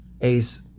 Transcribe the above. ace